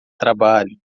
trabalho